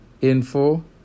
info